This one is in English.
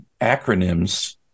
acronyms